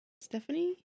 Stephanie